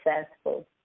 successful